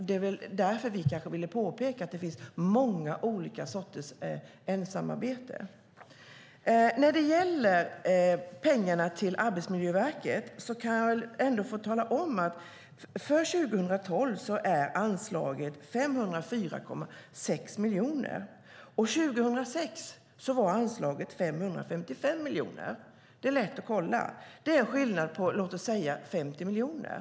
Det var väl därför som vi kanske ville påpeka att det finns många olika sorters ensamarbete. När det gäller pengarna till Arbetsmiljöverket kan jag tala om att anslaget är 504,6 miljoner för 2012. År 2006 var anslaget 555 miljoner - det är lätt att kontrollera. Det är en skillnad på, låt oss säga, 50 miljoner.